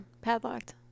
Padlocked